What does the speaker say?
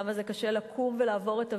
כמה קשה לקום ולעבור את הוויה-דולורוזה,